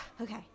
Okay